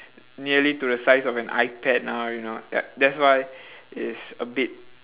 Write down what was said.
nearly to the size of an ipad now you know ya that's why it's a bit